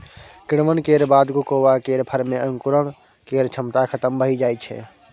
किण्वन केर बाद कोकोआ केर फर मे अंकुरण केर क्षमता खतम भए जाइ छै